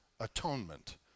atonement